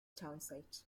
townsite